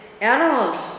animals